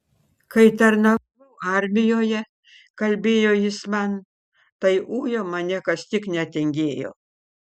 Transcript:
kai tarnavau armijoje kalbėjo jis man tai ujo mane kas tik netingėjo